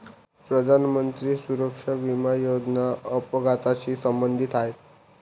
प्रधानमंत्री सुरक्षा विमा योजना अपघाताशी संबंधित आहे